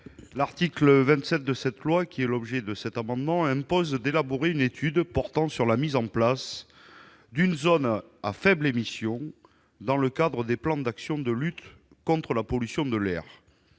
L'article 27, qui fait l'objet de cet amendement, impose d'élaborer une étude portant sur la mise en place d'une zone à faibles émissions dans le cadre des plans d'action de lutte contre la pollution de l'air.